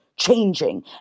changing